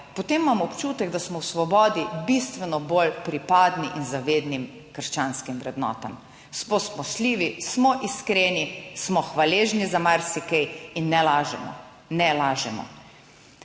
potem imam občutek, da smo v Svobodi bistveno bolj pripadni in zavednim krščanskim vrednotam. Smo spoštljivi smo, iskreni smo, hvaležni za marsikaj in ne lažemo, ne lažemo,